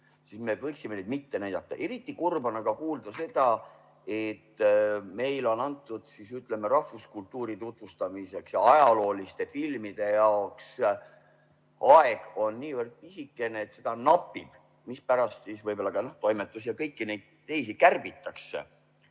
filmid, me võiksime neid mitte näidata. Eriti kurb on kuulda seda, et meile on antud, ütleme, rahvuskultuuri tutvustamiseks ja ajalooliste filmide jaoks niivõrd pisike aeg, seda napib. Seepärast siis võib-olla ka toimetusi ja kõiki neid teisi asju kärbitakse.